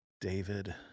David